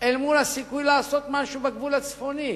מול הסיכוי לעשות משהו בגבול הצפוני?